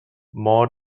maud